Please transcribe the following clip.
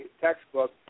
textbook